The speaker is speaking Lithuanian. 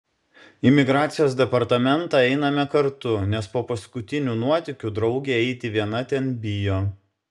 į migracijos departamentą einame kartu nes po paskutinių nuotykių draugė eiti viena ten bijo